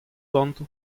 ganto